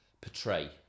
portray